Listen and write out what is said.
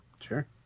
sure